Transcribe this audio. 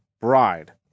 bride